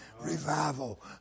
Revival